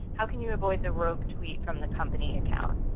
how can you avoid the road tweets from the company accounts?